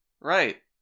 Right